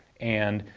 and.